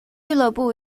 俱乐部